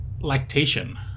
lactation